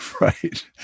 right